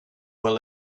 will